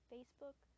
Facebook